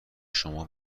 شما